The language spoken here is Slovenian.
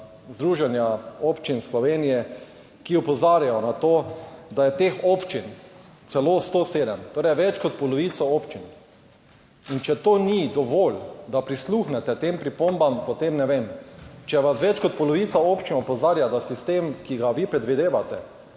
Združenja občin Slovenije, ki opozarjajo na to, da je teh občin celo 107, torej več kot polovico občin. In če to ni dovolj, da prisluhnete tem pripombam, potem ne vem. Če vas več kot polovica občin opozarja, da sistem, ki ga vi predvidevate